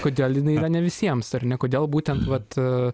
kodėl jinai yra ne visiems ar ne kodėl būtent vat